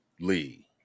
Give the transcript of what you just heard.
Lee